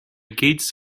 gates